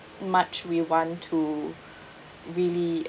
much we want to really